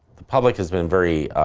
the public has been very